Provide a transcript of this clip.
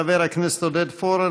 חבר הכנסת עודד פורר,